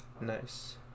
Nice